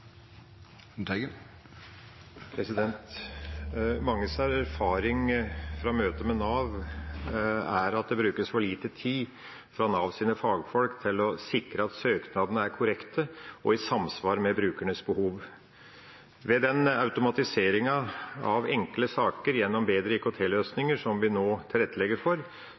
lite tid fra Navs fagfolk til å sikre at søknadene er korrekte og i samsvar med brukernes behov. Ved den automatiseringen av enkle saker gjennom bedre IKT-løsninger som vi nå tilrettelegger for,